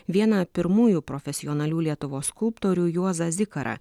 vieną pirmųjų profesionalių lietuvos skulptorių juozą zikarą